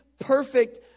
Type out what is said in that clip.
perfect